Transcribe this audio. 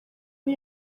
ari